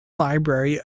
library